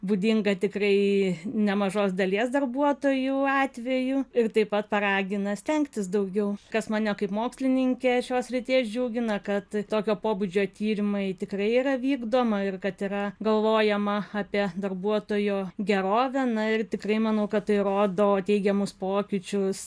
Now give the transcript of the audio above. būdinga tikrai nemažos dalies darbuotojų atvejų ir taip pat paragina stengtis daugiau kas mane kaip mokslininkę šios srities džiugina kad tokio pobūdžio tyrimai tikrai yra vykdoma ir kad yra galvojama apie darbuotojo gerovę na ir tikrai manau kad tai rodo teigiamus pokyčius